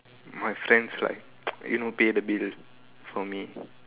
my friends like you know pay the bill for me